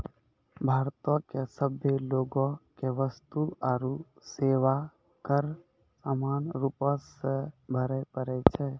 भारतो के सभे लोगो के वस्तु आरु सेवा कर समान रूपो से भरे पड़ै छै